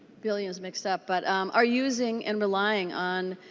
billion is mixed up but are using and relying on